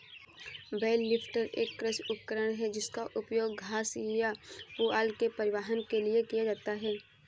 bell lifter एक कृषि उपकरण है जिसका उपयोग घास या पुआल के परिवहन के लिए किया जाता है